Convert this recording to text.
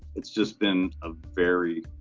it's just been a very,